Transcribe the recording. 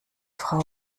frau